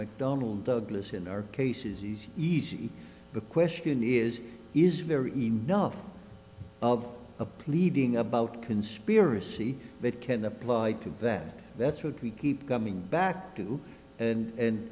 mcdonnell douglas in our case is easy easy the question is is very enough of a pleading about conspiracy that can apply to that that's what we keep coming back to and